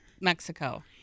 Mexico